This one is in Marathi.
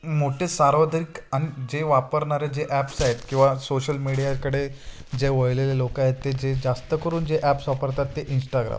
मोठे सार्वत्रिक अन जे वापरणारे जे ॲप्स आहेत किंवा सोशल मीडियाकडे जे वळलेले लोकं आहेत ते जे जास्त करून जे ॲप्स वापरतात ते इंस्टाग्राम